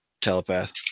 telepath